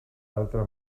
altre